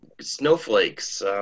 snowflakes